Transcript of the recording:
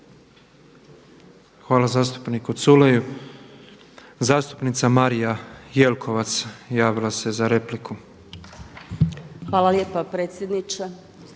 Hvala zastupniku Culeju. Zastupnica Marija Jelkovac javila se za repliku. **Jelkovac, Marija